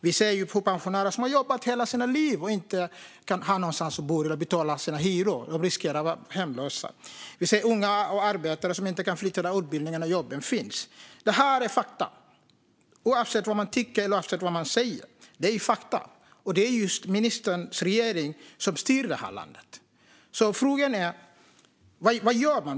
Vi ser pensionärer som har jobbat i hela sitt liv och som inte har någonstans att bo eller som inte kan betala hyran och riskerar att bli hemlösa. Vi ser unga och arbetare som inte kan flytta dit där utbildningarna och jobben finns. Detta är fakta, oavsett vad man tycker eller säger. Det är ministerns regering som styr detta land. Frågan är: Vad gör man?